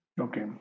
Okay